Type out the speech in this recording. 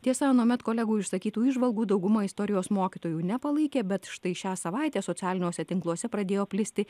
tiesa anuomet kolegų išsakytų įžvalgų dauguma istorijos mokytojų nepalaikė bet štai šią savaitę socialiniuose tinkluose pradėjo plisti